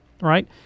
right